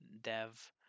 dev